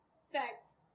Sex